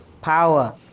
Power